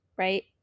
Right